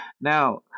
Now